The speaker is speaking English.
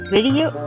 Video